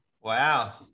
Wow